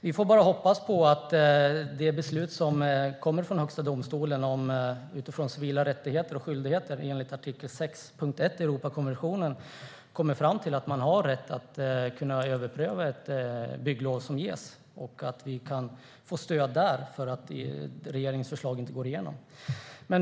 Vi får hoppas att det beslut som kommer från Högsta domstolen utifrån civila rättigheter och skyldigheter enligt artikel 6.1 i Europakonventionen slår fast att man har rätt att överpröva ett bygglov. Då får vi stöd så att regeringens förslag inte kan gå igenom.